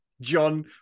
John